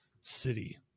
city